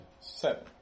Seven